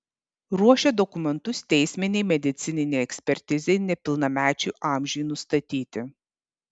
ruošia dokumentus teisminei medicininei ekspertizei nepilnamečių amžiui nustatyti